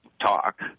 talk